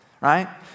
right